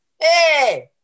Hey